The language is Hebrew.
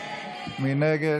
מי נגד?